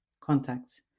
contacts